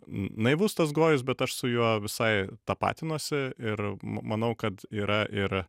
naivus tas gojus bet aš su juo visai tapatinuosi ir manau kad yra ir